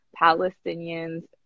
Palestinians